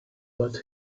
but